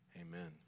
Amen